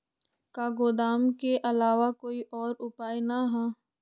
का गोदाम के आलावा कोई और उपाय न ह?